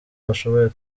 bashoboye